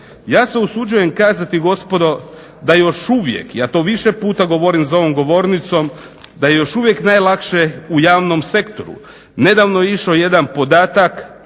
Ja se usuđujem kazati gospodo da još uvijek, ja to više puta govorim za ovom govornicom, da je još uvijek najlakše u javnom sektoru. Nedavno je išao jedan podatak,